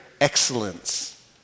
excellence